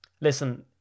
Listen